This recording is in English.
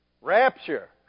Rapture